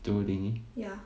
do line